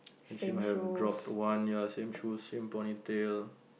and she might have dropped one ya same shoes same ponytail